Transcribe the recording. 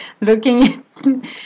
looking